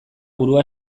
burua